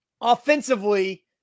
offensively